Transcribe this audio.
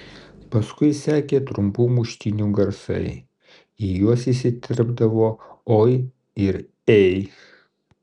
paskui sekė trumpų muštynių garsai į juos įsiterpdavo oi ir ei